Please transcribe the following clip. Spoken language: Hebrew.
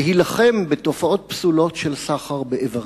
להילחם בתופעות פסולות של סחר באיברים.